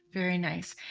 very nice!